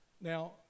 now